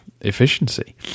efficiency